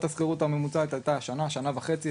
השכירות הממוצעת הייתה שנה שנה וחצי,